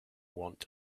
want